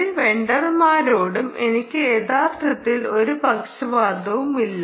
ഒരു വെണ്ടർമാരോടും എനിക്ക് യഥാർത്ഥത്തിൽ ഒരു പക്ഷപാതവുമില്ല